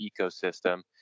ecosystem